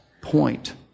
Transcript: point